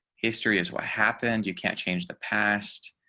history is what happened. you can't change the past,